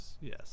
Yes